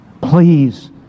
Please